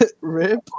rib